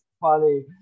funny